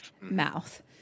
mouth